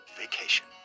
vacation